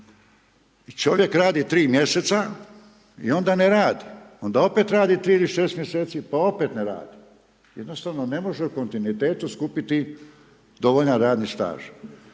čovjek radi 3 mjeseca, i onda opet ne radi, i onda opet radi 3 ili 6 mjeseci pa opet ne radi. Jednostavno ne može u kontinuitetu skupiti dovoljan radni staž.